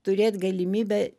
turėt galimybę